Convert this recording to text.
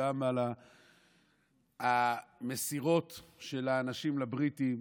גם על המסירוֹת של האנשים לבריטים